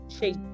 shape